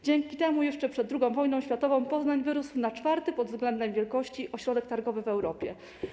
Dzięki temu jeszcze przed II wojną światową Poznań wyrósł na czwarty pod względem wielkości ośrodek targowy w Europie.